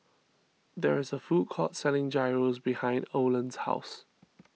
there is a food court selling Gyros behind Oland's house